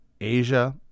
asia